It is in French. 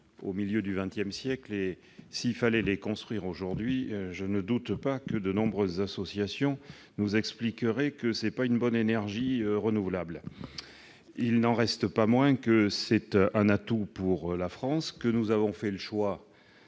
au milieu du XX siècle. S'il fallait les construire aujourd'hui, je ne doute pas que de nombreuses associations nous expliqueraient qu'ils ne produisent pas une bonne énergie renouvelable. Il n'en demeure pas moins qu'ils constituent un atout pour la France. Nous avons fait depuis